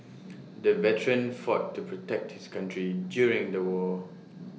the veteran fought to protect his country during the war